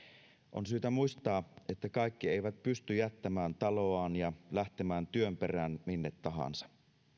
on syytä muistaa että kaikki eivät pysty jättämään taloaan ja lähtemään työn perään minne tahansa